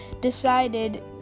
decided